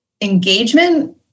engagement